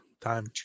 time